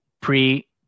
pre